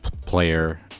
Player